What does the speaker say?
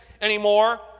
anymore